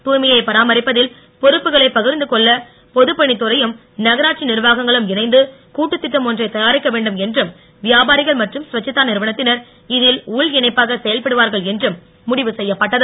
தூய்மையை பராமரிப்பதில் பொறுப்புகளை பகிர்ந்துகொள்ள பொதுப்பணித்துறையும் நகராட்சி நிர்வாகங்களும் இணைந்து கூட்டுத்திட்டம் ஒன்றை தயாரிக்க வேண்டும் என்றும் வியாபாரிகள் மற்றும் ஸ்வச்சதா நிறுவனத்தினர் இதில் உள் இணைப்பாக செயல்படுவார்கள் என்றும் முடிவு செய்யப்பட்டது